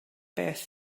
beth